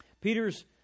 Peter's